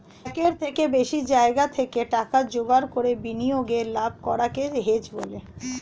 একের থেকে বেশি জায়গা থেকে টাকা জোগাড় করে বিনিয়োগে লাভ করাকে হেজ বলে